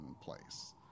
place